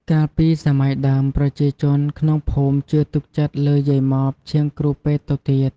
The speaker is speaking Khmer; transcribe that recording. កាលពីសម័យដើម ប្រជាជនក្នុងភូមិជឿទុកចិត្តលើយាយម៉បជាងគ្រូពេទ្យទៅទៀត។